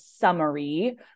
summary